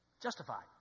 Justified